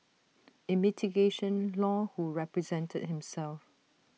in mitigation law who represented himself